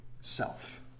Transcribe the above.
self